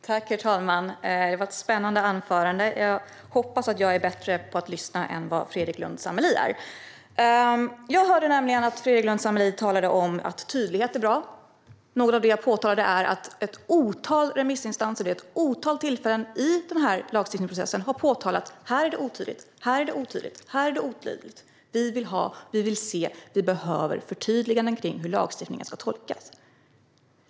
Herr talman! Det var ett spännande anförande. Jag hoppas att jag är bättre på att lyssna än vad Fredrik Lundh Sammeli är. Jag hörde nämligen att Fredrik Lundh Sammeli talade om att tydlighet är bra. Något som jag framhöll var att ett otal remissinstanser vid ett otal tillfällen i den här lagstiftningsprocessen har påtalat att olika saker är otydliga och att det behövs förtydliganden av hur lagstiftningen ska tolkas.